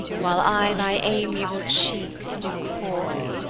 while i thy amiable cheeks do coy,